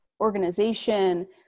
organization